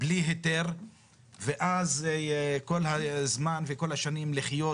בלי היתר ואז כל הזמן וכל השנים לחיות